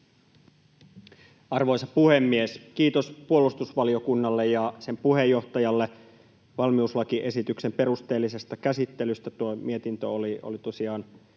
Arvoisa puhemies! Kiitos puolustusvaliokunnalle ja sen puheenjohtajalle valmiuslakiesityksen perusteellisesta käsittelystä — tuo mietintö oli tosiaan